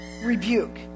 rebuke